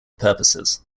purposes